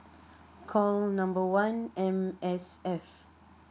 call number one M_S_F